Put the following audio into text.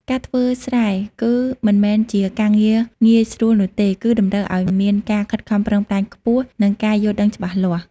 ការធ្វើស្រែគឺមិនមែនជាការងារងាយស្រួលនោះទេ គឺតម្រូវឱ្យមានការខិតខំប្រឹងប្រែងខ្ពស់និងការយល់ដឹងច្បាស់លាស់។